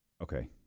okay